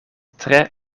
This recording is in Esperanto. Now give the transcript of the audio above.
tre